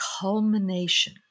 culmination